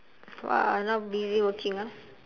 !wah! now busy working ah